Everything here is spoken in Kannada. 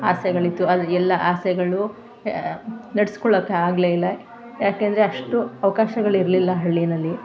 ಆಸೆಗಳಿತ್ತು ಆದರೆ ಎಲ್ಲ ಆಸೆಗಳು ನಡೆಸ್ಕೊಳೋಕ್ಕೆ ಆಗಲೇ ಇಲ್ಲ ಯಾಕಂದ್ರೆ ಅಷ್ಟು ಅವ್ಕಾಶಗಳಿರಲಿಲ್ಲ ಹಳ್ಳಿಯಲ್ಲಿ